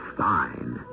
fine